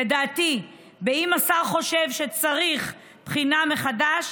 לדעתי, אם השר חושב שצריך בחינה מחדש,